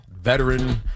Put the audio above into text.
veteran